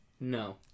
No